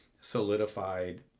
solidified